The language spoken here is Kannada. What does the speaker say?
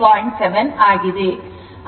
7 ಆಗಿದೆ